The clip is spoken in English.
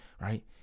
right